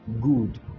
Good